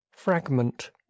Fragment